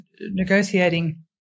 negotiating